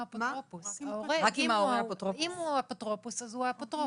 ההורה אם הוא האפוטרופוס אז הוא האפוטרופוס.